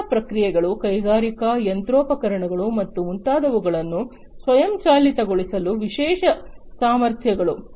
ಕೈಗಾರಿಕಾ ಪ್ರಕ್ರಿಯೆಗಳು ಕೈಗಾರಿಕಾ ಯಂತ್ರೋಪಕರಣಗಳು ಮತ್ತು ಮುಂತಾದವುಗಳನ್ನು ಸ್ವಯಂಚಾಲಿತ ಗೊಳಿಸಲು ವಿಶೇಷ ಸಾಮರ್ಥ್ಯಗಳು